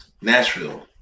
nashville